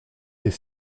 est